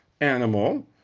animal